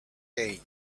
hey